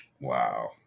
Wow